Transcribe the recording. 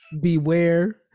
Beware